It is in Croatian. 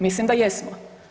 Mislim da jesmo.